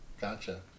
Gotcha